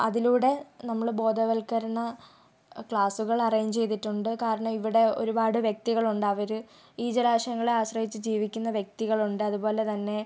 അതിലൂടെ നമ്മൾ ബോധവൽകരണ ക്ലാസുകൾ അറേഞ്ച് ചെയ്തിട്ടുണ്ട് കാരണം ഇവിടെ ഒരുപാട് വ്യക്തികളുണ്ട് അവർ ഈ ജലാശയങ്ങളെ ആശ്രയിച്ച് ജീവിക്കുന്ന വ്യക്തികളുണ്ട് അതുപോലെ തന്നെ